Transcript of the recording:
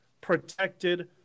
protected